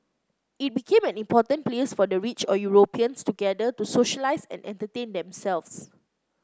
it became an important place for the rich or Europeans to gather to socialise and entertain themselves